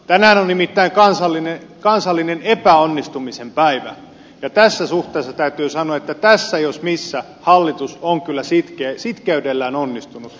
tänään on nimittäin kansallinen epäonnistumisen päivä ja tässä suhteessa täytyy sanoa että tässä jos missä hallitus on kyllä sitkeydellään onnistunut